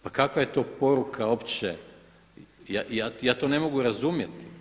Pa kakva je to poruka uopće, ja to ne mogu razumjeti.